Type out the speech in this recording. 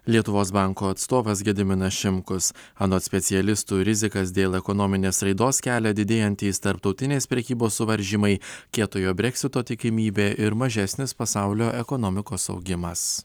lietuvos banko atstovas gediminas šimkus anot specialistų rizikas dėl ekonominės raidos kelia didėjantys tarptautinės prekybos suvaržymai kietojo breksito tikimybė ir mažesnis pasaulio ekonomikos augimas